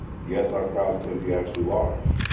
yes, our crowds can be actually large.